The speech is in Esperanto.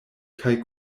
kaj